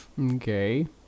Okay